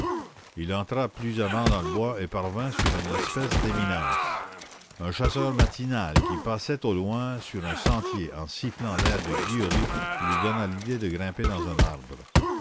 il entra plus avant dans le bois et parvint sur une espèce d'éminence un chasseur matinal qui passait au loin sur un sentier en sifflant l'air de guillery lui donna l'idée de grimper dans un arbre